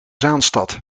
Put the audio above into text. zaanstad